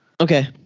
okay